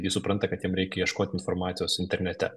jis supranta kad jam reikia ieškot informacijos internete